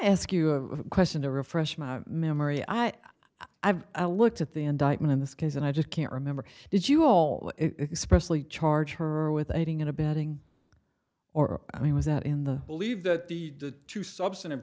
ask you a question to refresh my memory i have looked at the indictment in this case and i just can't remember did you all specially charge her with aiding and abetting or i mean was that in the believe that the the two substantive